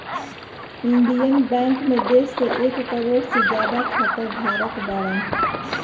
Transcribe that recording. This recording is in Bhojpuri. इण्डिअन बैंक मे देश के एक करोड़ से ज्यादा खाता धारक बाड़न